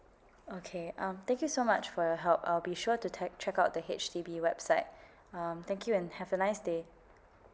okay um thank you so much for your help I'll be sure to tag check out the H_D_B website um thank you and have a nice day